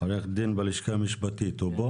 עו"ד שחר, מהלשכה המשפטית, נמצא?